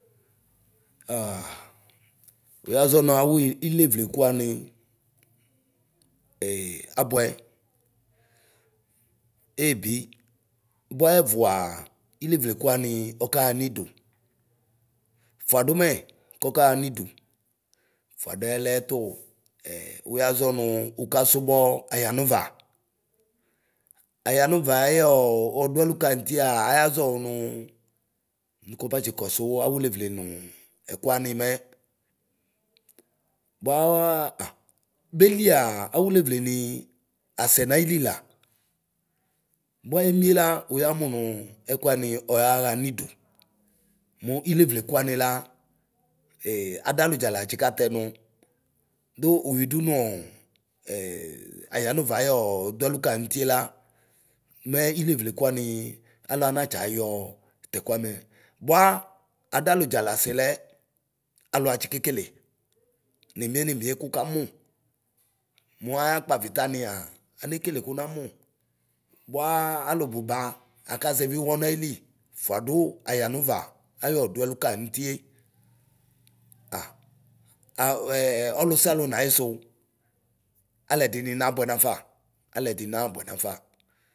Aa uyaʒɔ nawi ilevleku ani ee abʋɛ eebi. Bua ɛvuaa ilevlekuani ɔkaɣa niidu, fudumɛ kskaɣa niidu, fuaduɛlɛ tuu uyaʒɔnu ukasubɔɔ ayanuva. Ayanuva ayɔɔ ɔduɛlʋ ka nutina ayaʒɔwu nu nukufa tsikɔsu awulevle nu ɛkʋani mɛ. Buaɣa ɣ beliaa, awulevlenii asɛnayili la. Mua emie la uyamunu ɛkuani ɔyaɣa nidu, mu ilevlekuani la ee adaludʒa la tsikatɛnu, du ujwidu, ɛɛayanuva ayɔɔ ɔduɛlu ka nutie la, mɛilevlekuani aluanatsi ayɔɔ tɛkuamɛ. Bua adalu dʒala aselɛ aluatsi kekele nemie nemie kukamu. Muaya kpavita nia anekele kunamu; buaa alubʋba akaʒɛvi uwɔ nayili fuadu ayanuva ayɔ duɛlukaɛ nutie. Aa aɔɛɛ ɔlusiala nayisu. Alɛdini nabʋɛ nafa alɛdini naabʋɛ nafa.